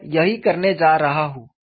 मैं यही करने जा रहा हूं